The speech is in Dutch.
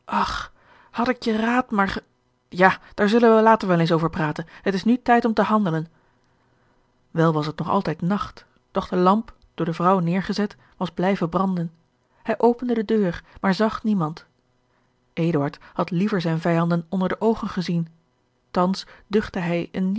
ach had ik je raad maar ge ja daar zullen wij later wel eens over praten het is nu tijd om te handelen wel was het nog altijd nacht doch de lamp door de vrouw neêrgezet was blijven branden hij opende de deur maar zag niemand eduard had liever zijne vijanden onder de oogen gezien thans duchtte hij